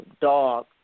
dog